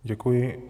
Děkuji.